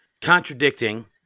Contradicting